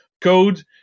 code